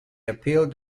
appealed